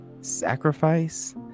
sacrifice